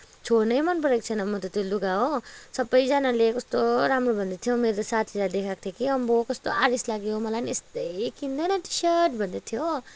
छोडनै मन परेको छैन म त त्यो लुगा हो सबैजनाले कस्तो राम्रो भन्दै थियो मेरो साथीहरूलाई देखाेको थिएँ कि आम्बो कस्तो आरिस लाग्यो मलाई नि यस्तै किन्दे न टी सर्ट भन्दै थियो हो